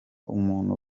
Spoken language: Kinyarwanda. umuntu